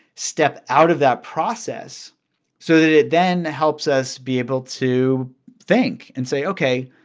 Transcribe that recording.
step out of that process so that it then helps us be able to think and say, ok,